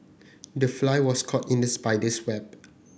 the fly was caught in the spider's web